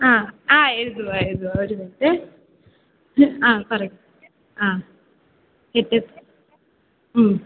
അ ആ എഴുതുവ എഴുതുവ ഒരു മിൻറ്റെ അ പറയു അ എട്ട്